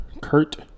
kurt